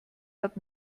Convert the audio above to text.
hat